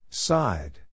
Side